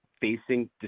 facing